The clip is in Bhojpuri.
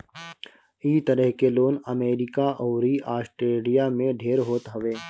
इ तरह के लोन अमेरिका अउरी आस्ट्रेलिया में ढेर होत हवे